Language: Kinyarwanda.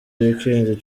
weekend